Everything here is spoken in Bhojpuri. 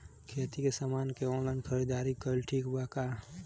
खेती के समान के ऑनलाइन खरीदारी कइल ठीक बा का?